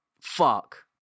fuck